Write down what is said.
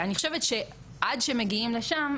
אני חושבת שעד שמגיעים לשם,